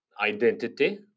identity